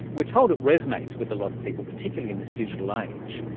we're told it resonates with a lot of people, particularly in this digital age,